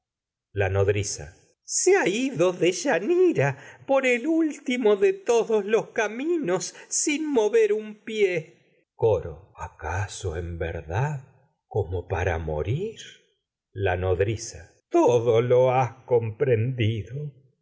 nodriza se ha ido deyanira sin mover un el último de todos los caminos pie coro acaso en verdad como para morir lo has la nodriza todo comprendido